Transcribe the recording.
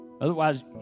Otherwise